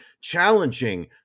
challenging